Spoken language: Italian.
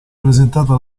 presentata